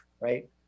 right